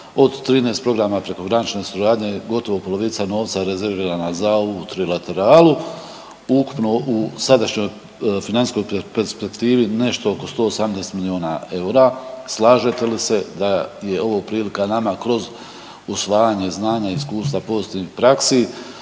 od 13 programa prekogranične suradnje gotovo polovica novca je rezervirana za ovu trilateralu ukupno u sadašnjoj financijskoj perspektivi nešto oko 118 milijuna eura. Slažete li se da je ovo prilika nama kroz usvajanje znanja i iskustva pozitivnih praksi